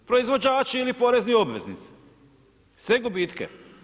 Proizvođači ili porezni obveznici, sve gubitke.